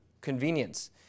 convenience